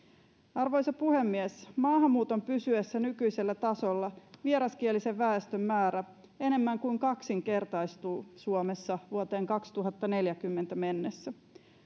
arvoisa puhemies maahanmuuton pysyessä nykyisellä tasolla vieraskielisen väestön määrä enemmän kuin kaksinkertaistuu suomessa vuoteen kaksituhattaneljäkymmentä mennessä